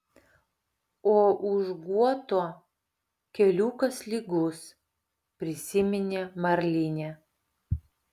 o už guoto keliukas lygus prisiminė marlinė